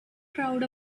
crowd